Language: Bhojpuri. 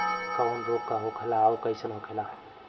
कवक रोग का होला अउर कईसन होला?